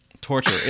Torture